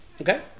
Okay